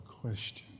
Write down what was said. question